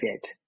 fit